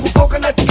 coconut